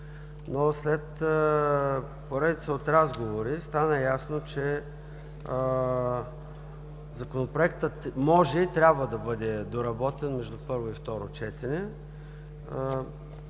След поредица от разговори стана ясно, че Законопроектът може и трябва да бъде доработен между първо и второ четене.